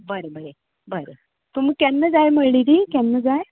बरें बरें बरें तुमी केन्ना जाय म्हणली ती केन्ना जाय